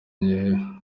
nyene